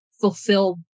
fulfill